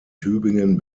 tübingen